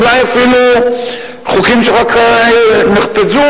אולי אפילו חוקים שנחפזו,